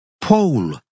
Paul